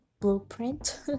blueprint